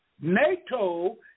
NATO